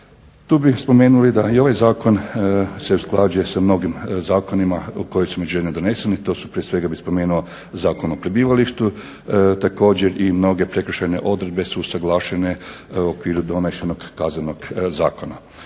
Tu bi spomenuli da i ovaj zakon se usklađuje sa mnogim zakonima koji su u međuvremenu doneseni. To prije svega bih spomenuo Zakon o prebivalištu. Također i mnoge prekršajne odredbe su usuglašene u okviru donesenog Kaznenog zakona.